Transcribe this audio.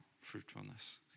fruitfulness